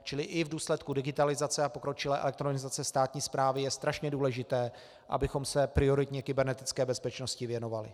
Čili i v důsledku digitalizace a pokročilé elektronizace státní správy je strašně důležité, abychom se prioritně kybernetické bezpečnosti věnovali.